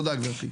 תודה גברתי.